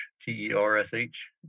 T-E-R-S-H